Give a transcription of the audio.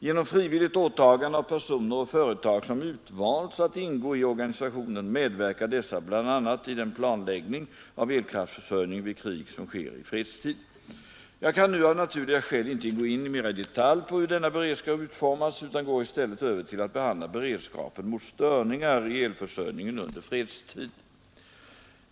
Genom frivilligt åtagande av personer och företag som utvalts att ingå i organisationen medverkar dessa bl.a. i den planläggning av elkraftförsörjningen vid krig som sker i fredstid. Jag kan nu av naturliga skäl inte gå in mera i detalj på hur denna beredskap utformats, utan går i stället över till att behandla beredskapen mot störningar i elförsörjningen under fredstid.